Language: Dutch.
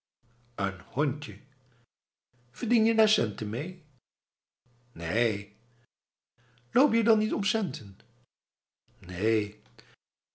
een hondje verdien je daar centen mee neen loop je dan niet om centen neen